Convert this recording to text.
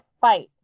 fight